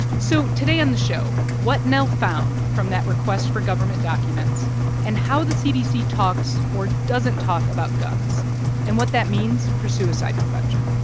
so today on the show what nell found from that request for government documents and how the cdc talks or doesn't talk about guns and what that means for suicide prevention